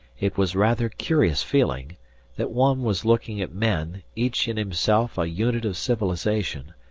it was rather curious feeling that one was looking at men, each in himself a unit of civilization,